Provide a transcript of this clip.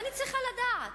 אני צריכה לדעת: